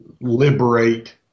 liberate